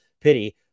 pity